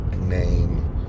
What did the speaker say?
name